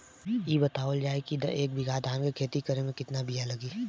इ बतावल जाए के एक बिघा धान के खेती करेमे कितना बिया लागि?